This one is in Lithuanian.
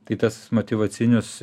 tai tas motyvacinius